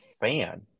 fan